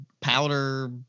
powder